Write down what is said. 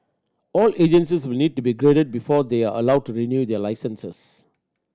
all agencies will need to be graded before they are allowed to renew their licences